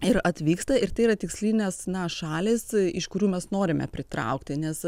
ir atvyksta ir tai yra tikslinės na šalys iš kurių mes norime pritraukti nes